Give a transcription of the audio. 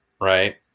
Right